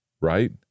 right